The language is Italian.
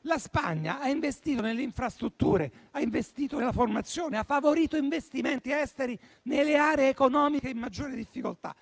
la Spagna, che ha investito nelle infrastrutture, nella formazione, ha favorito investimenti esteri nelle aree economiche in maggiore difficoltà